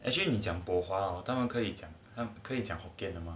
actually 你讲 bo hua hor 他们可以当然可以讲可以讲 hokkien